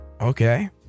Okay